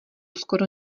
skoro